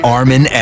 Armin